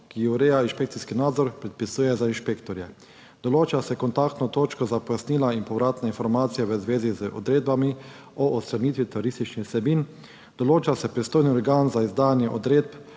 ki ureja inšpekcijski nadzor, predpisuje za inšpektorje. Določa se kontaktno točko za pojasnila in povratne informacije v zvezi z odredbami o odstranitvi turističnih vsebin, določa se pristojni organ za izdajanje odredb